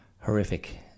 horrific